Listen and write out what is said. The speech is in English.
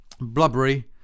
Blubbery